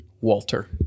Walter